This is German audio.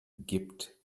gibt